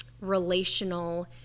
relational